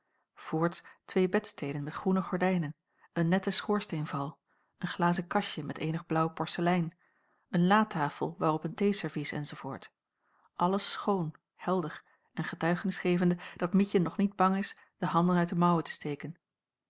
voorts twee bedsteden met groene gordijnen een netten schoorsteenval een glazen kastje met eenig blaauw porcelein een latafel waarop een theeservies enz alles schoon helder en getuigenis gevende dat mietje nog niet bang is de handen uit de mouw te steken